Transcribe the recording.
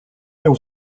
there